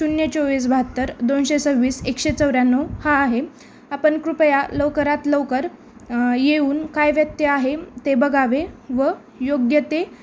शून्य चोवीस बहात्तर दोनशे सव्वीस एकशे चौऱ्याण्णव हा आहे आपण कृपया लवकरात लवकर येऊन काय व्यत्यय आहे ते बघावे व योग्य ते